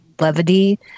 levity